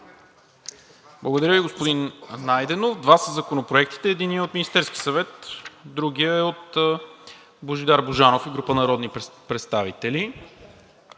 Благодаря Ви, господин Найденов. Два са законопроектите – единият е от Министерския съвет, другият е от Божидар Божанов и група народни представители.